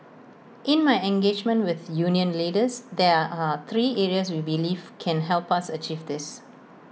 in my engagement with union leaders there are three areas we believe can help us achieve this